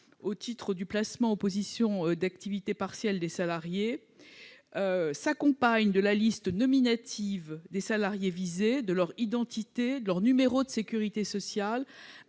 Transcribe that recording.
au titre du placement de salariés en position d'activité partielle s'accompagnent de la liste nominative des salariés visés, de leur identité, de leur numéro de sécurité sociale,